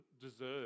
deserve